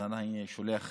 אני שולח